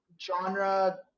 genre